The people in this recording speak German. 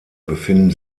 befinden